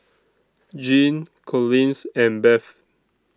Jeanne Collins and Bev